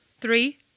three